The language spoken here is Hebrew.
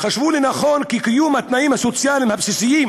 חשבו לנכון כי קיום התנאים הסוציאליים הבסיסיים